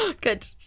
Good